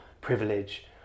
privilege